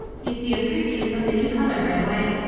you see a preview of the new color right away.